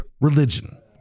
religion